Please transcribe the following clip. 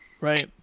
Right